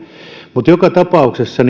mutta joka tapauksessa